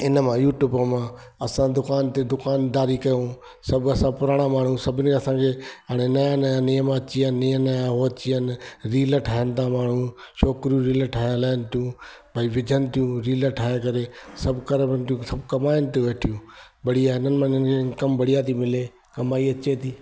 इन मां यूट्यूब मां असांजी दुकान ते दुकानदारी कयूं सभु असां पुराणा माण्हू सभिनी असांखे हाणे नया नया नियम अची विया आहिनि नया नया हो अची विया आहिनि रील ठाहिन था माण्हू छोकिरियूं रील ठाहिन थियूं भई विझनि थियूं रील ठाहे करे सभु करे कनि थियूं कमाइनि थियूं वेठियूं बढ़िया इंकम बढ़िया थी मिले कमाई अचे थी